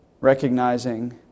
recognizing